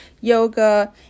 yoga